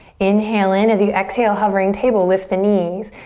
inhale in. as you exhale, hovering table, lift the knees.